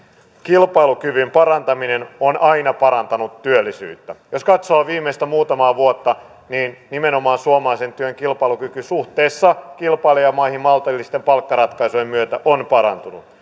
kilpailukyvyn parantaminen on aina parantanut työllisyyttä jos katsoo muutamaa viime vuotta niin nimenomaan suomalaisen työn kilpailukyky suhteessa kilpailijamaihin maltillisten palkkaratkaisujen myötä on parantunut